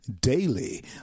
daily